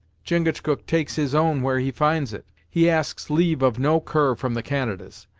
chingachgook takes his own where he finds it he asks leave of no cur from the canadas.